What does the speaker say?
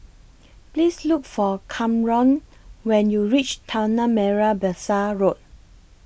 Please Look For Kamron when YOU REACH Tanah Merah Besar Road